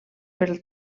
per